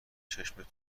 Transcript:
چشمت